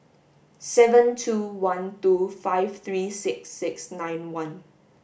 seven two one two five three six six nine one